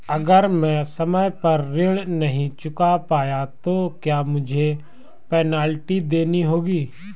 अगर मैं समय पर ऋण नहीं चुका पाया तो क्या मुझे पेनल्टी देनी होगी?